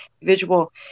individual